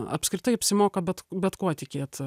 apskritai apsimoka bet bet kuo tikėt